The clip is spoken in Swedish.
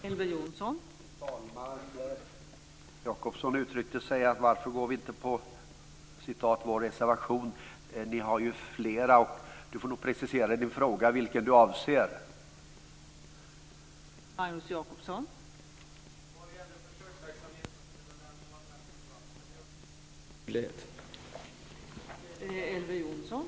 Fru talman! Jacobsson sade: Varför ställer ni inte upp på vår reservation? Ni har ju flera reservationer. Magnus Jacobsson får nog precisera vilken reservation han avser.